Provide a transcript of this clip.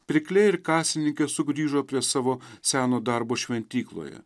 pirkliai ir kasininkės sugrįžo prie savo seno darbo šventykloje